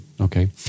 Okay